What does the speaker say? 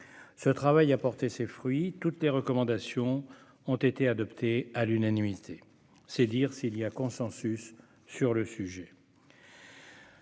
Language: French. Ce travail a porté ses fruits : toutes les recommandations ont été adoptées à l'unanimité. C'est dire s'il y a consensus sur le sujet.